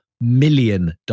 million